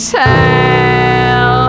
tell